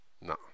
No